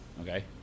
Okay